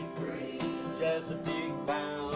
chesapeake bound